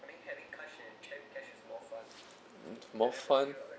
more fun